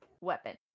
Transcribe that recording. weapon